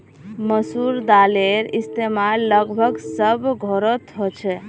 मसूर दालेर इस्तेमाल लगभग सब घोरोत होछे